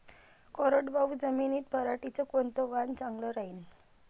कोरडवाहू जमीनीत पऱ्हाटीचं कोनतं वान चांगलं रायीन?